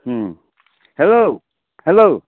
हूँ hello hello